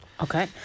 Okay